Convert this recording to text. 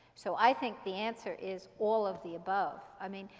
so i think the answer is all of the above. i mean,